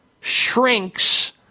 shrinks